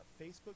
Facebook